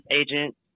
agent